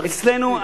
אצלנו,